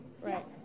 Right